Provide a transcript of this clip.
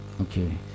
Okay